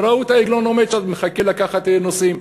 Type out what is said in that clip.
וראו את העגלון עומד שם ומחכה לקחת נוסעים.